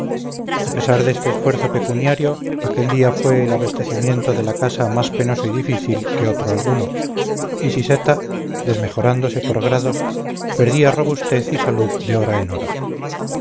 a pesar de este refuerzo pecuniario aquel día fue el abastecimiento de la casa más penoso y difícil que otro alguno y siseta desmejorándose por grados perdía robustez y salud de hora en hora